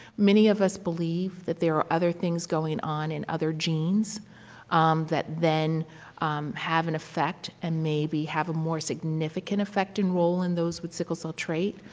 many of us believe that there are other things going on in other genes that then have an effect and maybe have a more significant effect and role in those with sickle cell trait,